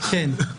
כן.